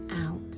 out